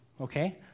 Okay